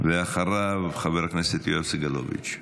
ואחריו, חבר הכנסת יואב סגלוביץ'.